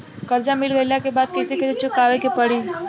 कर्जा मिल गईला के बाद कैसे कैसे चुकावे के पड़ी?